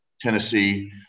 Tennessee